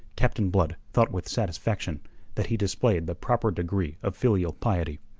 captain blood thought with satisfaction that he displayed the proper degree of filial piety.